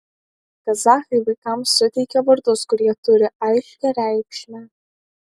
kazachai vaikams suteikia vardus kurie turi aiškią reikšmę